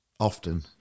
Often